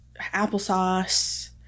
applesauce